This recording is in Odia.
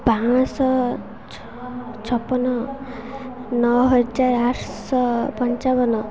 ପାଞ୍ଚଶହ ଛପନ ନଅ ହଜାର ଆଠଶହ ପଞ୍ଚାବନ